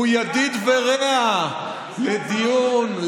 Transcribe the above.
הוא ידיד ורע לדיון,